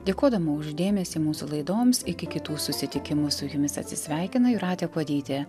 dėkodama už dėmesį mūsų laidoms iki kitų susitikimų su jumis atsisveikina jūratė kuodytė